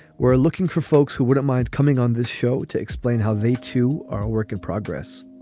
we're looking for folks who wouldn't mind coming on this show to explain how they, too, are a work in progress.